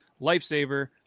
Lifesaver